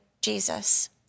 Jesus